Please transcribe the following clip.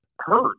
hurt